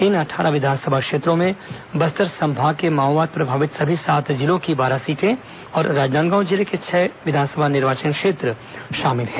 इन अट्ठारह विधानसभा क्षेत्रों में बस्तर संभाग के माओवाद प्रभावित सभी सात जिलों की बारह सीटें और राजनांदगांव जिले के छह विधानसभा निर्वाचन क्षेत्र शामिल हैं